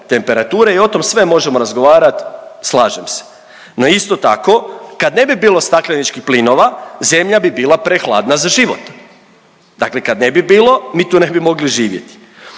i o tom sve možemo razgovarat, slažem se. No isto tako kad ne bi bilo stakleničkih plinova zemlja bi bila prehladna za život, dakle kad ne bi bilo mi tu ne bi mogli živjeti.